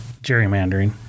gerrymandering